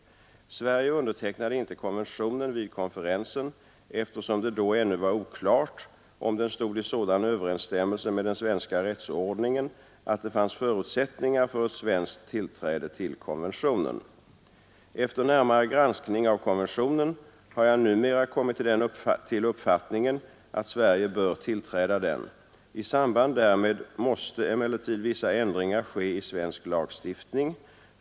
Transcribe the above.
Sverige undertecknade inte konventionen vid konferensen, eftersom det då ännu var oklart om den stod i sådan överensstämmelse med den svenska rättsordningen, att det fanns förutsättningar för ett svenskt tillträde till konventionen. Efter en närmare granskning av konventionen har jag numera kommit till uppfattningen att Sverige bör tillträda den. I samband därmed måste emellertid vissa ändringar ske i svensk lagstiftning.